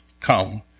Come